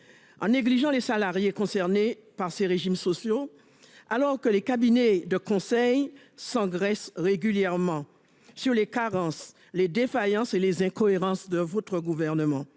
négligez les salariés concernés par ces régimes spéciaux alors que les cabinets de conseil s'engraissent régulièrement sur les carences, les défaillances et les incohérences de votre gouvernement.